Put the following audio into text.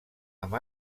amb